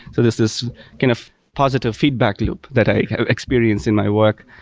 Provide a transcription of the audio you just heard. so this this can have positive feedback loop that i experience in my work.